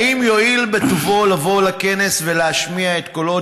האם יואיל בטובו לבוא לכנס ולהשמיע את קולו,